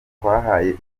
twahaye